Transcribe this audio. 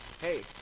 hey